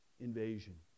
invasion